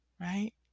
right